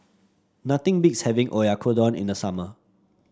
nothing beats having Oyakodon in the summer